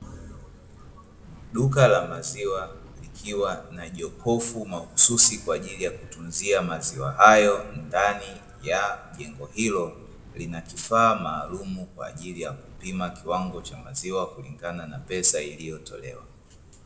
Duka la maziwa likiwa na jokofu mahususi kwajili ya kutunzia maziwa hayo, ndani ya jengo hilo linakifaa maalumu kwajili ya kupima kiwango cha maziwa kutokana na pesa iliyotolewa.